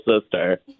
sister